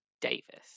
Davis